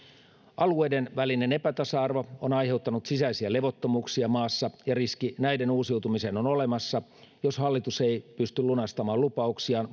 alueiden välinen epätasa arvo on aiheuttanut sisäisiä levottomuuksia maassa ja riski näiden uusiutumiseen on olemassa jos hallitus ei pysty lunastamaan lupauksiaan